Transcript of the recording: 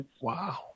Wow